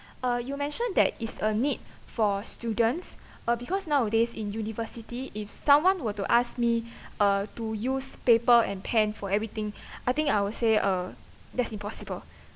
uh you mentioned that it's a need for students uh because nowadays in university if someone were to ask me uh to use paper and pen for everything I think I would say uh that's impossible